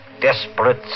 Desperate